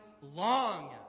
long